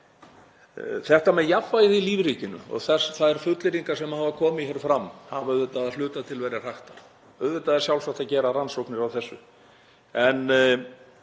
Þetta með jafnvægið í lífríkinu og þær fullyrðingar sem hafa komið fram, þær hafa auðvitað að hluta til verið hraktar. Auðvitað er sjálfsagt að gera rannsóknir á þessu